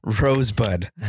Rosebud